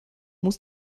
muss